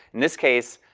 in this case,